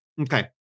Okay